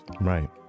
right